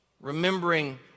Remembering